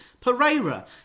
Pereira